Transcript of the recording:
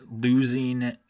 losing